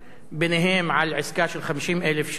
ביניהם על עסקה של 50,000 שקל,